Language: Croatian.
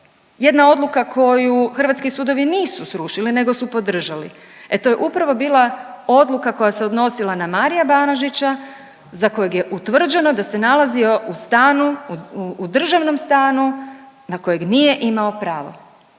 jedna odluka koju hrvatski sudovi nisu srušili nego su podržali, e to je upravo bila odluka koja se odnosila na Maria Banožića za kojeg je utvrđeno da se nalazio u stanu u državnom stanu na kojeg nije imao pravo